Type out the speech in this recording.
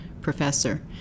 professor